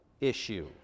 issue